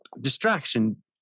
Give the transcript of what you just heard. distraction